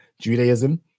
judaism